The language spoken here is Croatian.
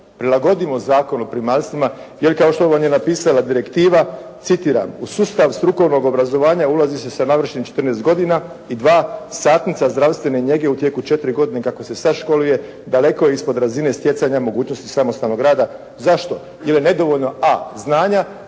prilagodimo Zakon o primaljstvima. Jer kao što vam je napisala direktiva. Citiram: «U sustav strukovnog obrazovanja ulazi se sa navršenih 14 godina i 2, satnica zdravstvene njege u tijeku 4 godine kako se sad školuje daleko je ispod razine stjecanja mogućnosti samostalnog rada. Zašto? Jer je nedovoljno: a) znanja